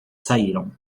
saíram